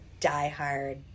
diehard